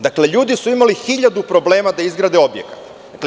Dakle, ljudi su imali hiljadu problema da izgrade objekte.